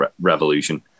revolution